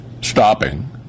stopping